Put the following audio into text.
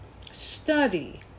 Study